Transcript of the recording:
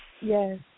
Yes